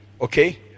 Okay